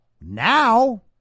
Now